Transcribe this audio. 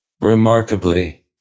Remarkably